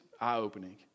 eye-opening